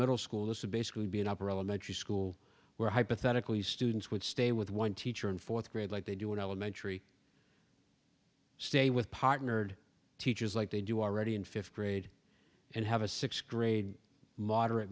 middle school is to basically be an operable metric school where hypothetically students would stay with one teacher in fourth grade like they do in elementary stay with partnered teachers like they do already in fifth grade and have a sixth grade moderate